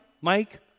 Mike